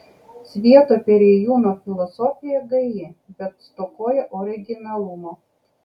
svieto perėjūno filosofija gaji bet stokoja originalumo